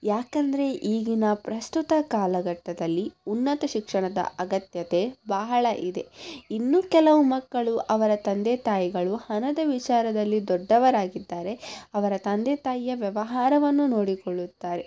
ಯಾಕಂದರೆ ಈಗಿನ ಪ್ರಸ್ತುತ ಕಾಲಘಟ್ಟದಲ್ಲಿ ಉನ್ನತ ಶಿಕ್ಷಣದ ಅಗತ್ಯತೆ ಬಹಳ ಇದೆ ಇನ್ನು ಕೆಲವು ಮಕ್ಕಳು ಅವರ ತಂದೆ ತಾಯಿಗಳು ಹಣದ ವಿಚಾರದಲ್ಲಿ ದೊಡ್ಡವರಾಗಿದ್ದಾರೆ ಅವರ ತಂದೆ ತಾಯಿಯ ವ್ಯವಹಾರವನ್ನು ನೋಡಿಕೊಳ್ಳುತ್ತಾರೆ